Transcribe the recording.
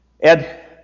Ed